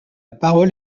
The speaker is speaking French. parole